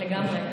לגמרי.